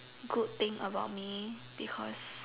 good things about me because